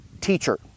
teacher